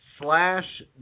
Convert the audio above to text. Slash